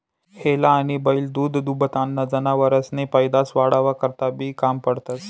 हेला आनी बैल दूधदूभताना जनावरेसनी पैदास वाढावा करता बी काम पडतंस